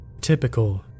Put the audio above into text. typical